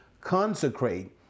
consecrate